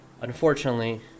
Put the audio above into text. unfortunately